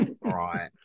right